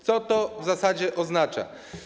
Co to w zasadzie oznacza?